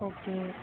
okay